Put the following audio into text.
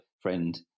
friend